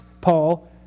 Paul